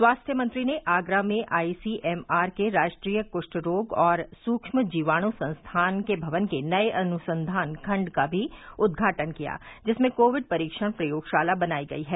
स्वास्थ्य मंत्री ने आगरा में आई सी एम आर के राष्ट्रीय कुष्ठ रोग और सूक्ष्म जीवाणु संस्थान के भवन के नए अनुसंघान खंड का भी उदघाटन किया जिसमें कोविड परीक्षण प्रयोगशाला बनाई गई है